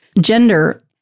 gender